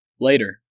Later